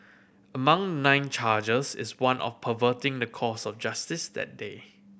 among nine charges is one of perverting the course of justice that day